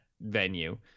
venue